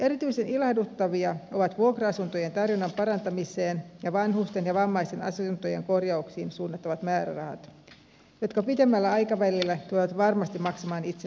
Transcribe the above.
erityisen ilahduttavia ovat vuokra asuntojen tarjonnan parantamiseen ja vanhusten ja vammaisten asuntojen korjauksiin suunnattavat määrärahat jotka pitemmällä aikavälillä tulevat varmasti maksamaan itsensä takaisin